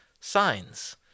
signs